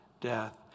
death